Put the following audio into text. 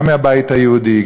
גם מהבית היהודי,